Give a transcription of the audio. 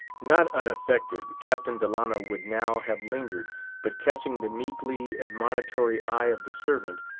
not unaffected, captain delano would now have lingered but catching the meekly admonitory eye of the servant,